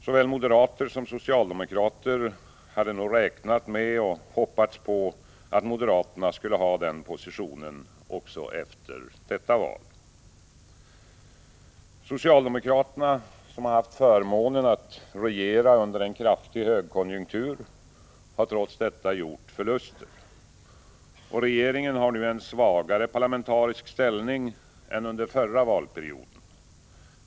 Såväl moderater som socialdemokrater hade nog räknat med och hoppats på att moderaterna skulle ha den positionen också efter detta val. Socialdemokraterna som haft förmånen att regera under en kraftig högkonjunktur har trots detta gjort förluster. Regeringen har nu en svagare parlamentarisk ställning än under förra valperioden.